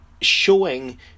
showing